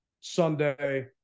Sunday